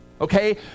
okay